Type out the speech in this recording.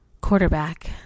quarterback